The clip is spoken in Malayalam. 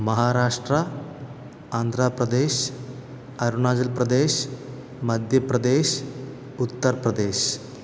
മഹാരാഷ്ട്ര ആന്ധ്രാപ്രദേശ് അരുണാചൽപ്രദേശ് മദ്ധ്യപ്രദേശ് ഉത്തർപ്രദേശ്